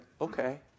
okay